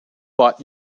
but